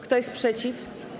Kto jest przeciw?